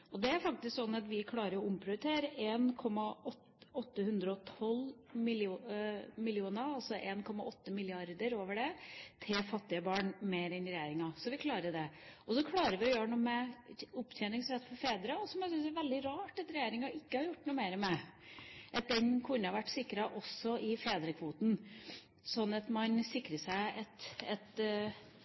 bedre. Det er faktisk sånn at vi klarer å omprioritere 1 812 mill. kr, altså 1,8 mrd. kr og over det, til fattige barn mer enn regjeringa. Så vi klarer det. Så klarer vi å gjøre noe med opptjeningsrett for fedre, som jeg syns det er veldig rart at regjeringa ikke har gjort noe mer med. Den kunne ha vært sikret også i fedrekvoten, sånn at man sikrer seg